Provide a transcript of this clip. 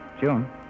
June